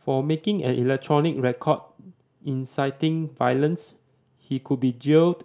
for making an electronic record inciting violence he could be jailed